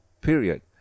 period